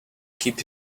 keep